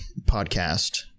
podcast